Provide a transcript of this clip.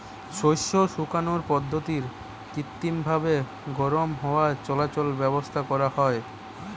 শস্য শুকানার পদ্ধতিরে কৃত্রিমভাবি গরম হাওয়া চলাচলের ব্যাবস্থা করা হয়